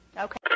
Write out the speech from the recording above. Okay